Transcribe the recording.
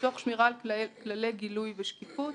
תוך שמירה על כללי גילוי ושקיפות.